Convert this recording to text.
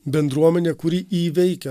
bendruomenė kuri įveikia